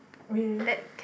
really